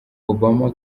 obama